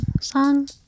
song